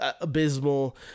abysmal